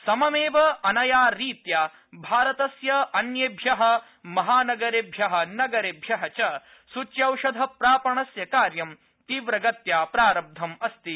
सममेव अनयारीत्या भारतस्य अन्येभ्यः महानगरेभ्यः नगरेभ्यः च सूच्यौषधप्रापणस्य कार्यं तीव्रगत्या प्रारब्धमस्ति